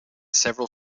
several